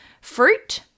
fruit